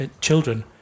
children